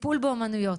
טיפול באמנויות,